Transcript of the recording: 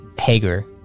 Hager